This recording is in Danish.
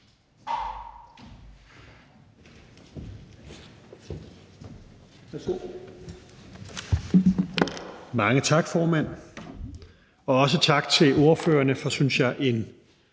Mange tak, formand, også tak til ordførerne for en, synes jeg,